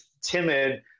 timid